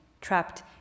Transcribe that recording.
trapped